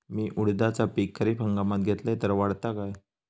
मी उडीदाचा पीक खरीप हंगामात घेतलय तर वाढात काय?